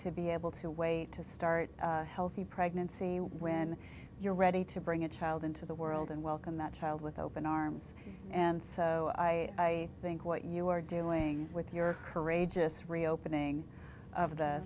to be able to wait to start healthy pregnancy when you're ready to bring a child into the world and welcome that child with open arms and so i think what you are doing with your courageous reopening of the